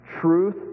Truth